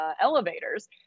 elevators